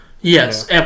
Yes